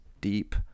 deep